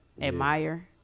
admire